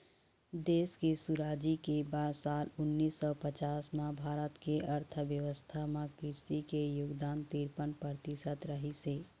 देश के सुराजी के बाद साल उन्नीस सौ पचास म भारत के अर्थबेवस्था म कृषि के योगदान तिरपन परतिसत रहिस हे